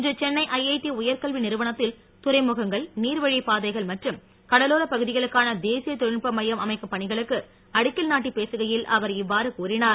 இன்று சென்னை ஐஐடி உய ர் க ல் வி நிறுவனத்தில் துறைமுகங்கள் நீர் வழிப்பாதைகள் மற்றும் கடலோரப் பகு திகளுக்கான தேசிய தொ ழி ல் நுட் ப மைய ம் அமைக்கும் பணிகளுக்கு அடிக்க ல் நாட்டி பேசுகை யி ல் அவ ர் இவ்வாறு கூறினார்